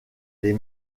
les